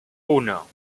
uno